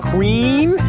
Queen